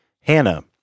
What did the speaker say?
Hannah